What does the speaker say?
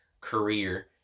career